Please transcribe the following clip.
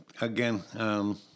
again